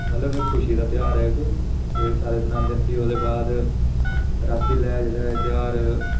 मतलब एह् इक खुशी दा ध्यार ऐ इक एह् सारे मनांदे न ते ओह्दे बाद